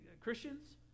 Christians